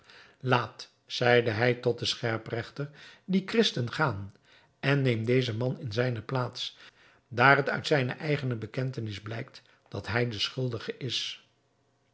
laat zeide hij tot den scherpregter dien christen gaan en neem dezen man in zijne plaats daar het uit zijne eigene bekentenis blijkt dat hij de schuldige is